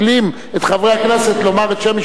שנצליח להפיל את הממשלה, בעזרת השם.